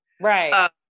right